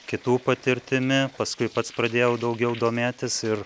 kitų patirtimi paskui pats pradėjau daugiau domėtis ir